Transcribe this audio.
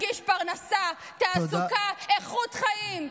למה לא להנגיש פרנסה, תעסוקה, איכות חיים?